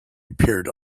appeared